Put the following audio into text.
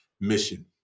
mission